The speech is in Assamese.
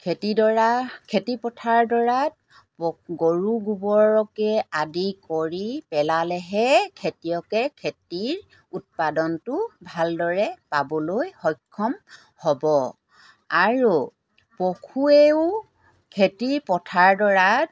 খেতিডৰা খেতি পথাৰডৰাত গৰু গোবৰকে আদি কৰি পেলালেহে খেতিয়কে খেতিৰ উৎপাদনটো ভালদৰে পাবলৈ সক্ষম হ'ব আৰু পশুৱেও খেতি পথাৰডৰাত